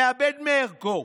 מאבד מערכו.